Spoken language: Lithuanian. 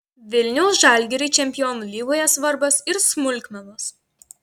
vilniaus žalgiriui čempionų lygoje svarbios ir smulkmenos